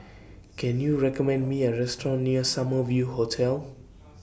Can YOU recommend Me A Restaurant near Summer View Hotel